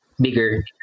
bigger